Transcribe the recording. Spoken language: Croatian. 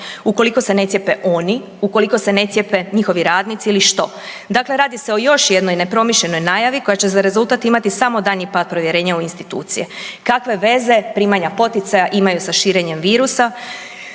ukoliko se ne cijepe oni, ukoliko se ne cijepe njihovi radnici ili što? Dakle, radi se o još jednoj nepromišljenoj najavi koja će za rezultat imati samo daljnji pad povjerenja u institucije. Kakve veze primanja poticaja imaju sa širenjem virusa?